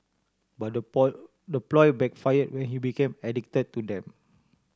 but the the ploy backfire when he became addicted to them